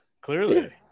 Clearly